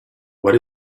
what